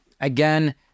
Again